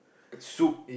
soup